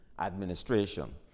administration